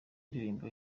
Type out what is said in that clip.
indirimbo